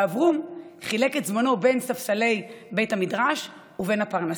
ואברום חילק את זמנו בין ספסלי בית המדרש לבין הפרנסה.